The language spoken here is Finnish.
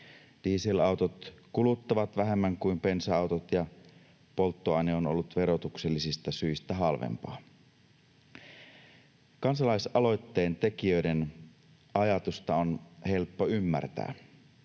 dieselautot kuluttavat vähemmän kuin bensa-autot, ja polttoaine on ollut verotuksellisista syistä halvempaa. Kansalaisaloitteen tekijöiden ajatusta on helppo ymmärtää